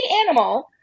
animal